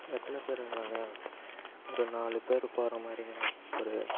எத்தனை பேருங்களாங்க ஒரு நாலு பேர் போகிற மாதிரிங்கண்ணா ஒரு